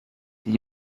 die